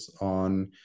on